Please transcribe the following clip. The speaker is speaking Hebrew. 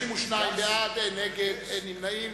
32 בעד, אין מתנגדים ואין נמנעים.